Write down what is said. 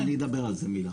לא, אני אדבר על זה מילה.